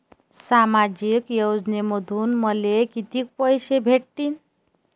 सामाजिक योजनेमंधून मले कितीक पैसे भेटतीनं?